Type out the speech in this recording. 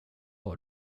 har